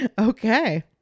Okay